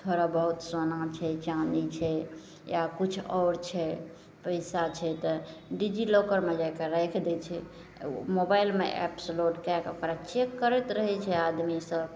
थोड़ा बहुत सोना छै चाँदी छै या किछु आओर छै पइसा छै तऽ डिजी लॉकरमे जाके राखि दै छै ओ मोबाइलमे एप्स लोड कै के ओकरा चेक करैत रहै छै आदमीसभ